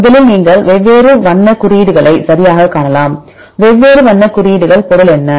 முதலில் நீங்கள் வெவ்வேறு வண்ண குறியீடுகளை சரியாகக் காணலாம் வெவ்வேறு வண்ண குறியீடுகள் பொருள் என்ன